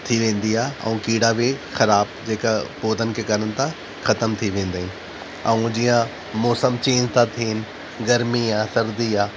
थी वेंदी आहे ऐं कीड़ा बि ख़राबु जेका पौधनि खे करनि तव्हां ख़तमु थी वेंदा आहिनि ऐं जीअं मौसमु चैन्ज था थिअनि गर्मी आहे सर्दी आहे